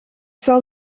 zal